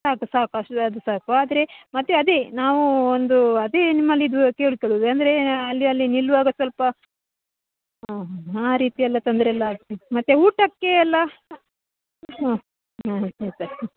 ಸಾಕು ಸಾಕು ಅಷ್ಟು ಅದು ಸಾಕು ಆದರೆ ಮತ್ತೆ ಅದೇ ನಾವು ಒಂದು ಅದೇ ನಿಮ್ಮಲ್ಲಿದು ಕೇಳಿಕೊಳ್ಳೋದು ಅಂದರೆ ಅಲ್ಲಿ ಅಲ್ಲಿ ನಿಲ್ಲುವಾಗ ಸ್ವಲ್ಪ ಹಾಂ ಆ ರೀತಿಯೆಲ್ಲ ತೊಂದರೆಯೆಲ್ಲಆಗ್ತದೆ ಮತ್ತೆ ಊಟಕ್ಕೆ ಎಲ್ಲ ಹ್ಞೂ ಹಾಂ